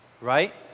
Right